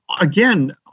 Again